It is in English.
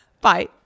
Bye